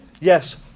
yes